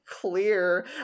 clear